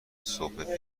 صبح